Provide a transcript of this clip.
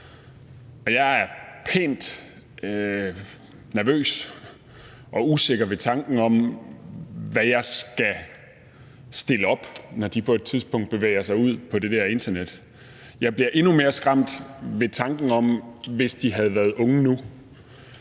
jeg er pænt nervøs og usikker ved tanken om, hvad jeg skal stille op, når de på et tidspunkt bevæger sig ud på det der internet. Jeg bliver endnu mere skræmt ved tanken om, at de havde været unge nu,